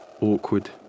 awkward